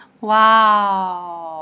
Wow